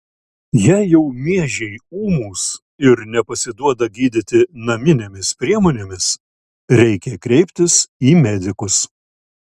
jei jau miežiai ūmūs ir nepasiduoda gydyti naminėmis priemonėmis reikia kreiptis į medikus